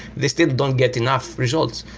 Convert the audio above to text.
they still don't get enough results.